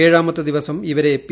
ഏഴാമത്തെ ദിവസം ഇവരെ പി